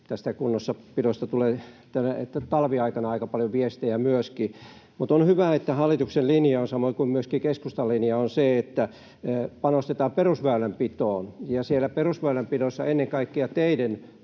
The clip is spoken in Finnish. tästä kunnossapidosta tulee talviaikana aika paljon viestejä. On hyvä, että hallituksen linja on, samoin kuin keskustan linja, se, että panostetaan perusväylänpitoon ja siellä perusväylänpidossa ennen kaikkea teiden